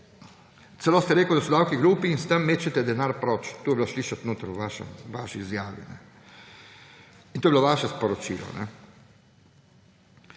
Celo ste rekli, da so davki glupi in s tem mečete denar proč, to je bilo slišati v vaši izjavi. In to je bilo vaše sporočilo.